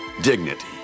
dignity